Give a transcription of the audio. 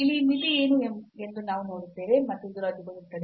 ಇಲ್ಲಿ ಈ ಮಿತಿ ಏನು ಎಂದು ನಾವು ನೋಡುತ್ತೇವೆ ಮತ್ತು ಇದನ್ನು ರದ್ದುಗೊಳಿಸಬಹುದು